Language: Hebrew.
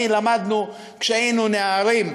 ואני למדנו כשהיינו נערים,